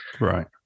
Right